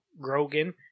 Grogan